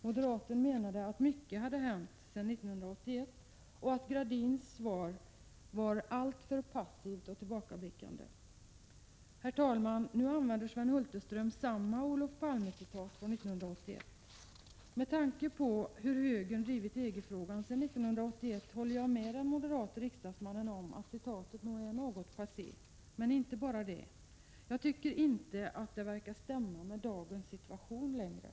Moderaten menade att mycket hade hänt sedan 1981 och att Anita Gradins svar var alltför passivt och tillbakablickande. Herr talman! Nu använder Sven Hulterström samma Palme-citat från 1981. Med tanke på hur högern har drivit EG-frågan sedan 1981 håller jag med den moderate riksdagsmannen om att citatet är något passé, men inte bara det. Jag tycker inte att det verkar stämma med dagens situation längre.